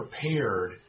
prepared